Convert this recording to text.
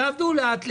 תעבדו לאט לאט,